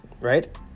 Right